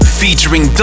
featuring